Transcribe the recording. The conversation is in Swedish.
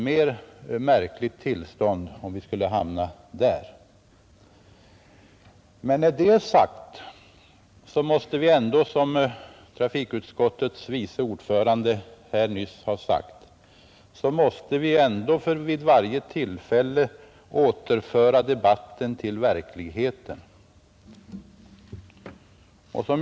Men när det är sagt måste vi ändå, som trafikutskottets vice ordförande framhållit, vid varje tillfälle återföra debatten till verkligheten.